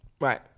Right